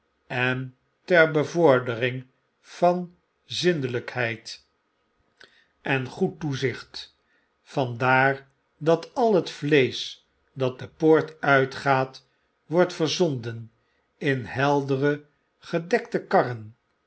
en ter bevordering van zindelijkheid en goed toezicht vandaar dat al het vleesch dat de poort uitgaat wordt verzonden in heldere gedekte karren